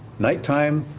nighttime,